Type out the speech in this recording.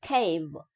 Cave